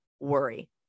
worry